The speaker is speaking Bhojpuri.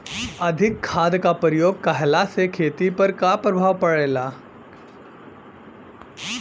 अधिक खाद क प्रयोग कहला से खेती पर का प्रभाव पड़ेला?